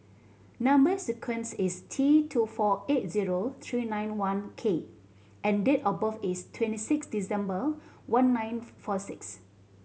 number sequence is T two four eight zero three nine one K and date of birth is twenty six December one nine four six